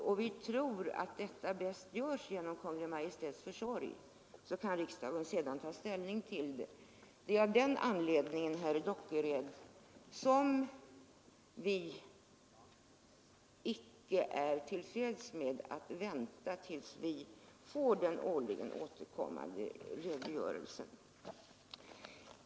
Jag tror att den bäst görs genom Kungl. Maj:ts försorg. Riksdagen kan sedan ta ställning till den. Det är av den anledningen, herr Dockered, som vi icke är till freds med att vänta tills vi får den årligen återkommande redogörelsen.